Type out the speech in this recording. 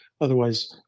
Otherwise